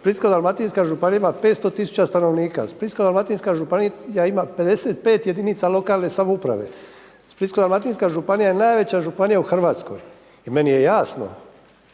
Splitsko-dalmatinska županija ima 500 tisuća stanovnika, Splitsko-dalmatinska županija ima 55 jedinica lokalne samouprave. Splitsko-dalmatinska županija je najveća županija u Hrvatskoj. I meni je jasno,